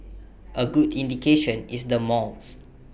A good indication is the malls